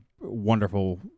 wonderful